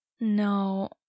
No